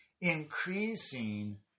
increasing